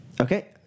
Okay